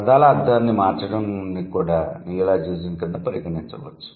పదాల అర్థాన్ని మార్చడాన్ని కూడా నియోలాజిజం కింద పరిగణించవచ్చు